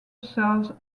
serves